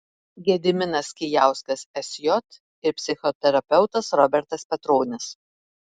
gediminas kijauskas sj ir psichoterapeutas robertas petronis